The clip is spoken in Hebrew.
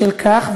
בשל כך,